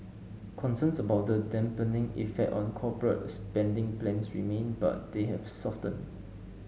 concerns about the dampening effect on corporate spending plans remain but they have softened